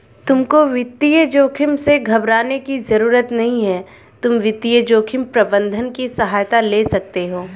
तुमको वित्तीय जोखिम से घबराने की जरूरत नहीं है, तुम वित्तीय जोखिम प्रबंधन की सहायता ले सकते हो